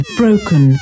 broken